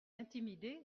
intimidé